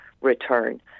return